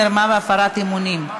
מרמה והפרת אמונים),